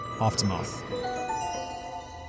Aftermath